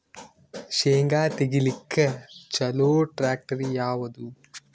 ಶೇಂಗಾ ತೆಗಿಲಿಕ್ಕ ಚಲೋ ಟ್ಯಾಕ್ಟರಿ ಯಾವಾದು?